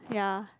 ya